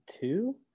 two